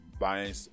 buying